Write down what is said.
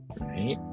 right